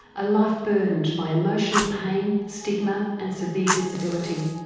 a life burdened by emotional pain, stigma, and severe disability.